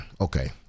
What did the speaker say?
okay